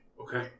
Okay